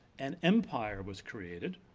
an empire was created,